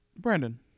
Brandon